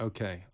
Okay